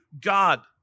God